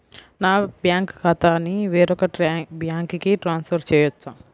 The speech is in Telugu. నా బ్యాంక్ ఖాతాని వేరొక బ్యాంక్కి ట్రాన్స్ఫర్ చేయొచ్చా?